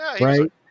right